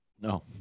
No